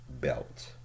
belt